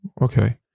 Okay